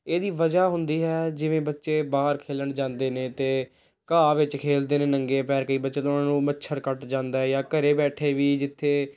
ਇਹਦੀ ਵਜ੍ਹਾ ਹੁੰਦੀ ਹੈ ਜਿਵੇਂ ਬੱਚੇ ਬਾਹਰ ਖੇਲਣ ਜਾਂਦੇ ਨੇ ਅਤੇ ਘਾਹ ਵਿੱਚ ਖੇਲਦੇ ਨੇ ਨੰਗੇ ਪੈਰ ਕਈ ਬੱਚੇ ਤਾਂ ਉਹਨਾਂ ਨੂੰ ਮੱਛਰ ਕੱਟ ਜਾਂਦਾ ਜਾਂ ਘਰ ਬੈਠੇ ਵੀ ਜਿੱਥੇ